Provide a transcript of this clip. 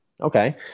okay